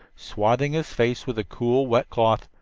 swathing his face with a cool wet cloth,